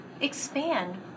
expand